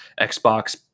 Xbox